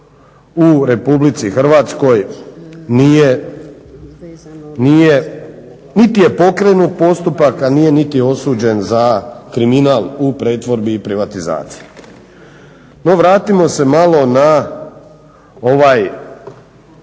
u Republici Hrvatskoj nije, niti je pokrenut postupak a nije niti osuđen za kriminal u pretvorbi i privatizaciji. No vratimo se malo na ovo